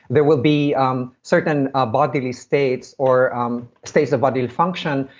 there will be um certain ah bodily states or um states of bodily function.